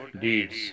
deeds